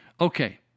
Okay